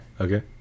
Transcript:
okay